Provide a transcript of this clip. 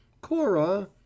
cora